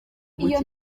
iyo